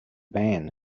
ban